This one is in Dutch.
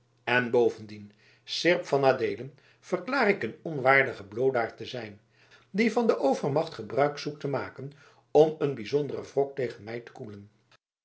u bovendien seerp van adeelen verklaar ik een onwaardige bloodaard te zijn die van de overmacht gebruik zoekt te maken om een bijzonderen wrok tegen mij te koelen